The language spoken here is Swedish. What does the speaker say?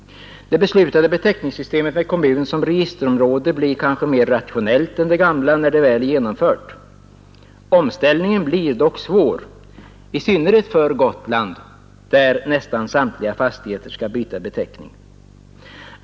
Det beslutade beteckningssystemet med kommun som registerområde blir kanske mer rationellt än det gamla när det väl är genomfört. Omställningen blir dock svår, i synnerhet för Gotland, där nästan samtliga fastigheter skall byta beteckning.